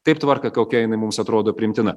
taip tvarką kokia jinai mums atrodo priimtina